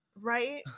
Right